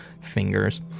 fingers